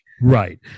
Right